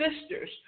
sisters